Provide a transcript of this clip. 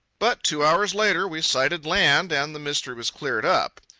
but two hours later we sighted land and the mystery was cleared up.